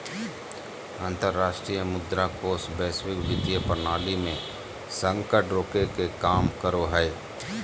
अंतरराष्ट्रीय मुद्रा कोष वैश्विक वित्तीय प्रणाली मे संकट रोके के काम करो हय